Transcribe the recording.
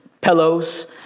pillows